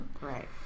right